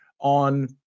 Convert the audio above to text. on